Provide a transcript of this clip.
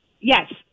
Yes